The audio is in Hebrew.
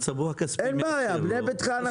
כמו בנה ביתך.